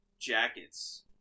jackets